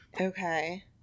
Okay